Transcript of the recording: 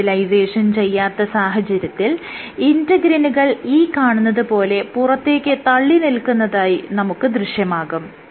permeabilisation ചെയ്യാത്ത സാഹചര്യത്തിൽ ഇന്റെഗ്രിനുകൾ ഈ കാണുന്നത് പോലെ പുറത്തേക്ക് തള്ളിനില്ക്കുന്നതായി നമുക്ക് ദൃശ്യമാകും